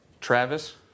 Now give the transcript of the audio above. Travis